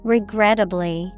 Regrettably